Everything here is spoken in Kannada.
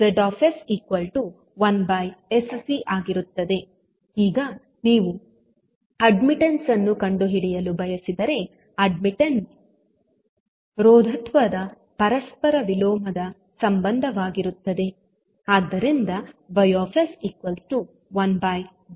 ಈಗ ನೀವು ಅಡ್ಮಿಟನ್ಸ್ ಅನ್ನು ಕಂಡುಹಿಡಿಯಲು ಬಯಸಿದರೆ ಅಡ್ಮಿಟನ್ಸ್ ರೋಧತ್ವದ ಪರಸ್ಪರ ವಿಲೋಮದ ಸಂಬಂಧವಾಗಿರುತ್ತದೆ